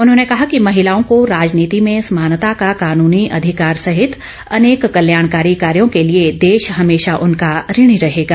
उन्होंने कहा कि महिलाओँ को राजनीति में समानता का कानूनी अधिकार सहित अनेक कल्याणकारी कार्यों के लिए देश हमेशा उनका ऋणी रहेगा